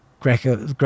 Greco